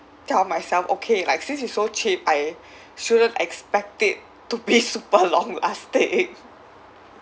tell myself okay like since it's so cheap I shouldn't expect it to be super long lasting